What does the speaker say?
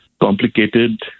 complicated